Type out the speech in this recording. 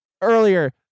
Earlier